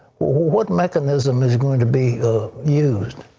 what mechanism is going to be used?